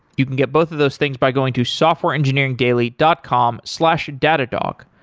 you can get both of those things by going to softwareengineeringdaily dot com slash datadog.